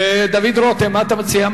דוד רותם, מה אתה מציע?